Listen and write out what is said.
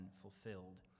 fulfilled